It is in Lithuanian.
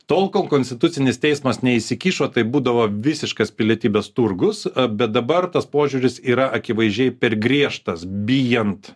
tol kol konstitucinis teismas neįsikišo tai būdavo visiškas pilietybės turgus bet dabar tas požiūris yra akivaizdžiai per griežtas bijant